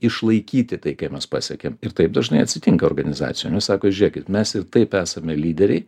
išlaikyti tai ką mes pasekėm ir taip dažnai atsitinkaorganizacijom nu sako žiūrėkit mes ir taip esame lyderiai